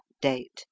date